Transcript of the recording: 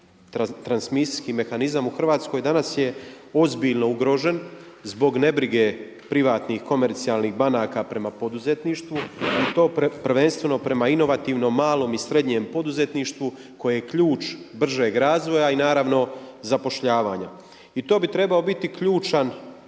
transmisijski mehanizam u Hrvatskoj danas je ozbiljno ugrožen zbog nebrige privatnih komercijalnih banaka prema poduzetništvu i to prvenstveno prema inovativnom, malom i srednjem poduzetništvu koje je ključ bržeg razvoja i zapošljavanja. I to bi trebao biti ključan